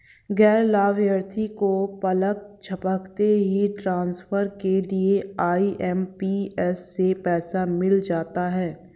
गैर लाभार्थी को पलक झपकते ही ट्रांसफर के लिए आई.एम.पी.एस से पैसा मिल जाता है